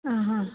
ಹಾಂ ಹಾಂ